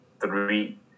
three